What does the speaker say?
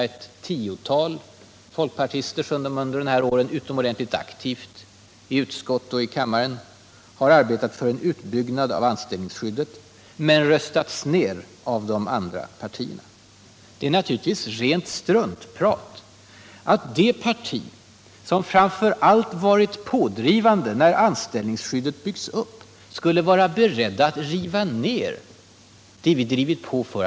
Ett tiotal folkpartister har under de gångna åren utomordentligt aktivt i utskott och i kammare arbetat för en utbyggnad av anställningsskyddet men röstats ned av de andra partierna. Det är naturligtvis rent struntprat att det parti som framför allt varit pådrivande när anställningsskyddet byggts upp skulle vara berett att riva ned det igen.